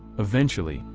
eventually,